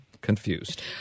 Confused